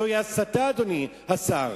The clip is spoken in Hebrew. זוהי הסתה, אדוני השר.